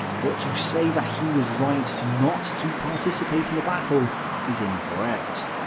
but to say that he was right not to participate in the battle is incorrect.